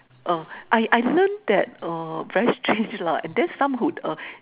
uh I I learn that uh very strange lah and then some would uh